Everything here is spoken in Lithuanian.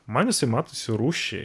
man jisai matosi rūščiai